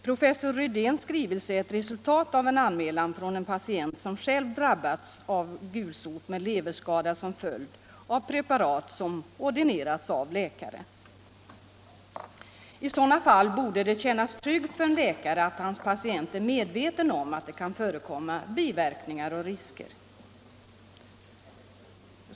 Professor Rydins skrivelse är ett resultat av en anmälan från en patient som själv drabbats av svår gulsot med leverskada som följd av preparat som ordinerats av läkare. I sådana fall borde det kännas tryggt för en läkare att hans patient är medveten om att det kan förekomma biverkningar och risker.